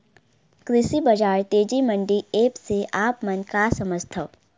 कृषि बजार तेजी मंडी एप्प से आप मन का समझथव?